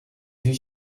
vue